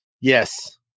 Yes